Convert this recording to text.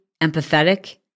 empathetic